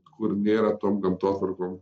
kur nėra tom gamtotvarkom